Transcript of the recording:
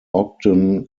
ogden